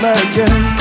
again